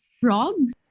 frogs